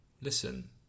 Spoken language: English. Listen